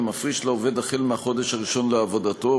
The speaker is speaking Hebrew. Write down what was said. מפריש לעובד החל מהחודש הראשון לעבודתו,